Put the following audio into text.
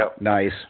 Nice